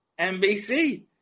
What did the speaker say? NBC